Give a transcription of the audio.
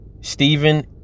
stephen